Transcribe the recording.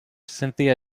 cynthia